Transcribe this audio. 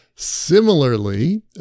Similarly